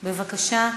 בבקשה.